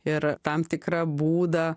ir a tam tikra būdą